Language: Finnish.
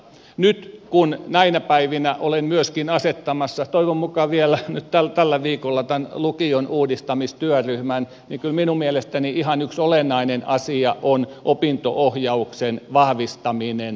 nyt kun näinä päivinä olen myöskin asettamassa toivon mukaan vielä nyt tällä viikolla tämän lukion uudistamistyöryhmän niin kyllä minun mielestäni yksi ihan olennainen asia on opinto ohjauksen vahvistaminen lukiossa